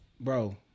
Bro